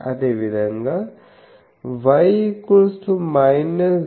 అదేవిధంగా Y 0